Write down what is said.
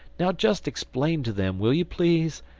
now just explain to them, will you please?